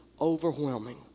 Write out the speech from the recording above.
overwhelming